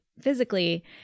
physically